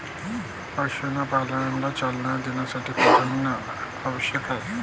पशुपालनाला चालना देण्यासाठी प्रजनन आवश्यक आहे